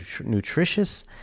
nutritious